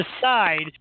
decide